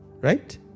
right